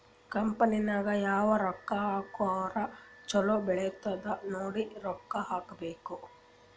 company ನಾಗ್ ಯಾವಾಗ್ ರೊಕ್ಕಾ ಹಾಕುರ್ ಛಲೋ ಬೆಳಿತ್ತುದ್ ನೋಡಿ ರೊಕ್ಕಾ ಹಾಕಬೇಕ್